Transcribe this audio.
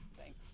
Thanks